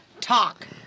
Talk